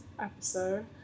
episode